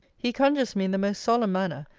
he conjures me, in the most solemn manner,